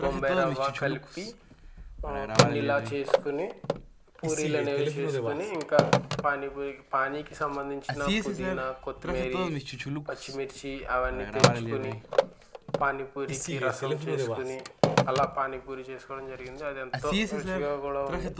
బొంబాయి రవ కలిపి పిండిలాగా చేసుకుని పూరిలు అనేవి చేసుకుని ఇంకా పానీపూరి పానీకి సంబంధించిన పుదీనా కొత్తిమీర పచ్చిమిర్చి అవన్నీ తెచ్చుకొని పానీపూరికి రసం చేసుకుని అలా పానీపూరి చేసుకోవడం జరిగింది అది ఎంతో రుచిగా కూడా ఉంది